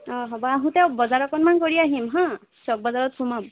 অঁ হ'ব আহোঁতে বজাৰ অকণমান কৰি আহিম হাঁ চক বজাৰত সোমাম